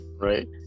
right